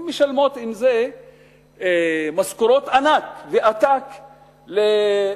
הן משלמות עם זה משכורות ענק ועתק למנהלים.